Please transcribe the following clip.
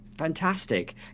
Fantastic